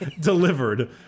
delivered